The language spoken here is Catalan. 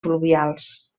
fluvials